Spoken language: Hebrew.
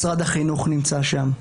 משרד החינוך נמצא שם.